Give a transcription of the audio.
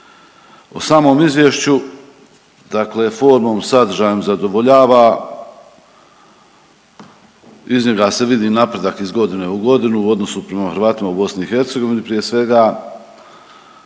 U samom izvješću dakle formom, sadržajem zadovoljava iz njega se vidi napredak iz godine u godinu u odnosu prema Hrvatima u BIH prije svega,